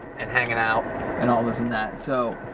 and hanging out and all this and that. so,